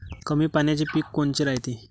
कमी पाण्याचे पीक कोनचे रायते?